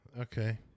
Okay